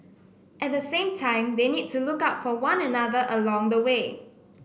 at the same time they need to look out for one another along the way